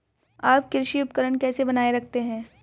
आप कृषि उपकरण कैसे बनाए रखते हैं?